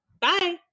Bye